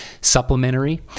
supplementary